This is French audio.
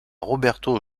roberto